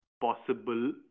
possible